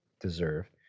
deserve